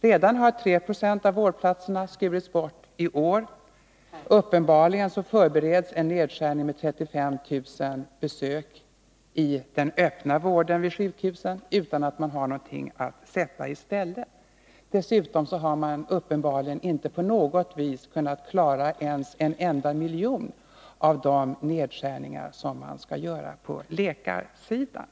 Redan har 3 20 av vårdplatserna skurits bort i år. Uppenbarligen förbereds utöver vissa ytterligare stängningar en nedskärning med 35 000 besök i den öppna vården vid sjukhuset, utan att man har någonting att sätta i stället. Dessutom har man uppenbarligen inte på något vis kunnat klara ens en enda miljon av de nedskärningar som man skall göra på läkarsidan.